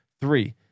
three